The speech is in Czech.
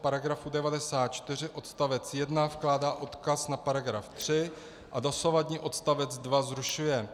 V § 94 odst. 1 vkládá odkaz na § 3 a dosavadní odstavec 2 zrušuje.